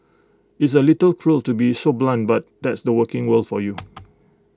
it's A little cruel to be so blunt but that's the working world for you